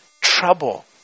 trouble